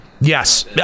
Yes